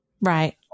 Right